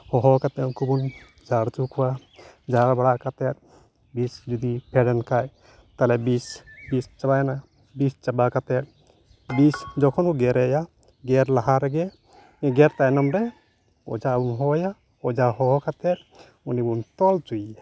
ᱦᱚᱦᱚ ᱠᱟᱛᱮ ᱩᱱᱠᱩ ᱵᱚᱱ ᱡᱷᱟᱲ ᱦᱚᱪᱚ ᱠᱚᱣᱟ ᱡᱷᱟᱲ ᱵᱟᱲᱟ ᱠᱟᱛᱮ ᱵᱤᱥ ᱡᱩᱫᱤ ᱯᱷᱮᱰᱮᱱ ᱠᱷᱟᱡ ᱛᱟᱞᱚᱦᱮ ᱵᱤᱥ ᱵᱤᱥ ᱪᱟᱵᱟᱭᱮᱱᱟ ᱵᱤᱥ ᱪᱟᱵᱟ ᱠᱟᱛᱮ ᱵᱤᱥ ᱡᱚᱠᱷᱚᱱ ᱠᱚ ᱜᱮᱨᱮᱭᱟ ᱜᱮᱨ ᱞᱟᱦᱟ ᱨᱮᱜᱮ ᱜᱮᱨ ᱛᱟᱭᱱᱚᱢ ᱨᱮ ᱚᱡᱷᱟᱢ ᱦᱚᱦᱚᱣᱟᱭᱟ ᱚᱡᱷᱟ ᱦᱚᱦᱚ ᱠᱟᱛᱮᱫ ᱩᱱᱤ ᱵᱚᱱ ᱛᱚᱞ ᱦᱚᱪᱚᱭᱮᱭᱟ